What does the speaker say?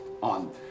on